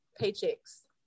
paychecks